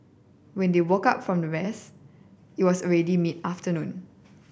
when they woke up from the rest it was already mid afternoon